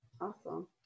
Awesome